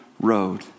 road